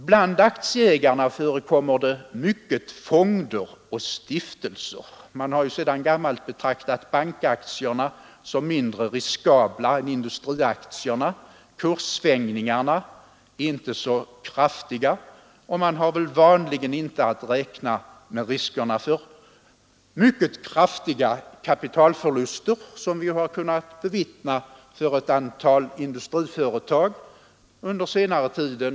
Bland aktieägarna förekommer i stor utsträckning fonder och stiftelser. Man har ju sedan gammalt betraktat bankaktierna som mindre riskabla än industriaktierna. Kurssvängningarna är inte så kraftiga, och man har väl knappast att räkna med riskerna för mycket kraftiga kapitalförluster, som vi har kunnat bevittna för ett antal industriföretag under senare tid.